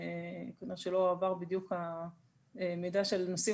כיוון שלא הועבר בדיוק המידע על הנושאים